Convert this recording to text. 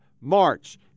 March